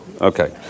Okay